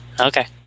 Okay